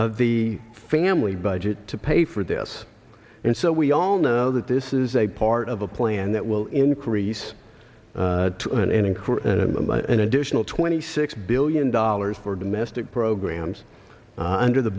of the family budget to pay for this and so we all know that this is a part of a plan that will increase to an inquiry an additional twenty six billion dollars for domestic programs and or the